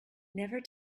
never